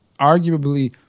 arguably